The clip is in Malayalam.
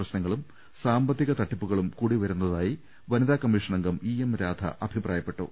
പ്രശ്നങ്ങളും സാമ്പത്തിക തട്ടിപ്പുകളും കൂടിവരുന്നതായി വനിതാ കമ്മീഷൻ അംഗം ഇ എം രാധ അഭിപ്രായപ്പെട്ടു